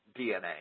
DNA